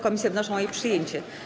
Komisje wnoszą o jej przyjęcie.